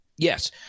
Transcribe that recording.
Yes